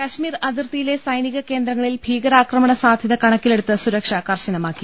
കശ്മീർ അതിർത്തിയിലെ സൈനിക കേന്ദ്രങ്ങളിൽ ഭീകരാക്രമണ സാധ്യത കണക്കിലെടുത്ത് സുരക്ഷ കർശനമാക്കി